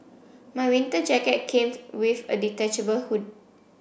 my winter jacket came with a detachable hood